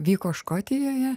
vyko škotijoje